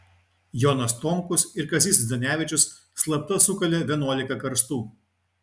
jonas tomkus ir kazys zdanevičius slapta sukalė vienuolika karstų